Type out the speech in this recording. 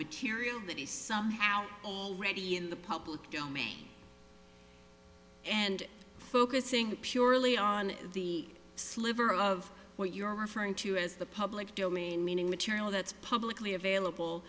material that is somehow ready in the public domain and focusing purely on the sliver of what you are referring to as the public domain meaning material that's publicly available